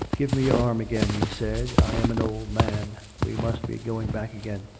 give me your arm again, he said, i am an old man. we must be going back again.